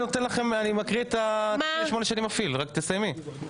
אני מקריא את ה-98 שאני מפעיל, רק תסיימי.